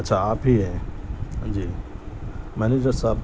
اچھا آپ ہی ہیں جی مینیجر صاحب